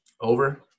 Over